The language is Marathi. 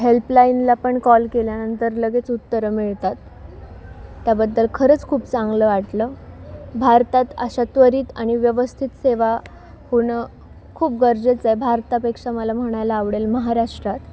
हेल्पलाईनला पण कॉल केल्यानंतर लगेच उत्तर मिळतात त्याबद्दल खरंच खूप चांगलं वाटलं भारतात अशा त्वरित आणि व्यवस्थित सेवा होणं खूप गरजेचं आहे भारतापेक्षा मला म्हणायला आवडेल महाराष्ट्रात